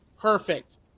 Perfect